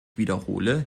wiederhole